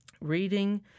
reading